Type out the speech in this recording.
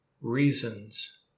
reasons